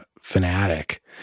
fanatic